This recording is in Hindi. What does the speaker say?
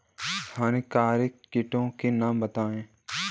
हानिकारक कीटों के नाम बताएँ?